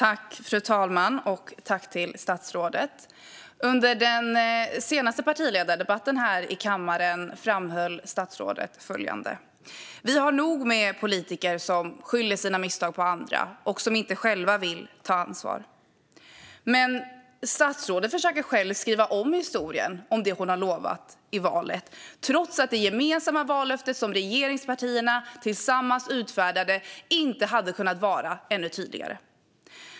Fru talman! Under den senaste partiledardebatten här i kammaren framhöll statsrådet följande: "Vi har nog med politiker som skyller sina misstag på andra och inte själva vill ta ansvar." Men nu försöker statsrådet själv skriva om historien om det hon har lovat i valet, trots att det gemensamma vallöftet som regeringspartierna tillsammans utfärdade inte hade kunnat vara tydligare.